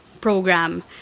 program